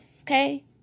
okay